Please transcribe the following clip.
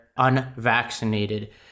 unvaccinated